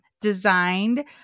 designed